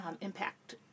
impact